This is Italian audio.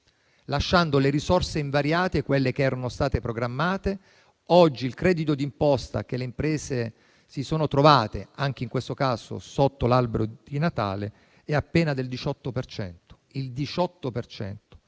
Lasciando le risorse invariate, quelle che erano state programmate, il credito di imposta che le imprese si sono trovate, anche in questo caso sotto l'albero di Natale, è appena del 18